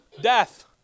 Death